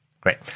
Great